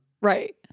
Right